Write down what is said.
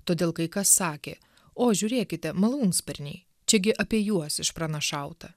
todėl kai kas sakė o žiūrėkite malūnsparniai čiagi apie juos išpranašauta